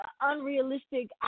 unrealistic